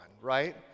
right